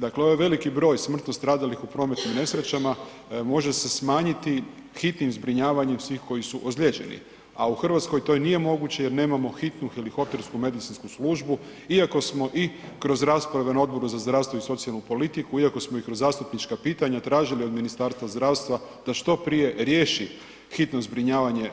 Dakle ovaj veliki broj smrtno stradalih u prometnim nesrećama može se smanjiti hitnim zbrinjavanjem svih koji su ozlijeđeni, a u Hrvatskoj to nije moguće jer nemamo hitnu helikoptersku medicinsku službu, iako smo kroz rasprave na Odboru za zdravstvo i socijalnu politiku, iako smo i kroz zastupnička pitanja tražili od Ministarstva zdravstva da što prije riješi hitno zbrinjavanje